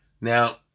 Now